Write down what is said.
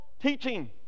teaching